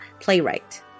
playwright